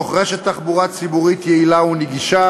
מתוך רשת תחבורה ציבורית יעילה ונגישה